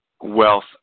wealth